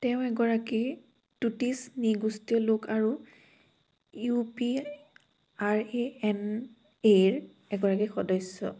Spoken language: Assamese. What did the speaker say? তেওঁ এগৰাকী টুটিছ নৃগোষ্ঠীয় লোক আৰু U P R A N R এগৰাকী সদস্য